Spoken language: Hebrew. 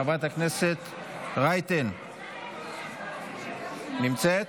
חברת הכנסת רייטן, נמצאת?